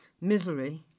misery